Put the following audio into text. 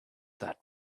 that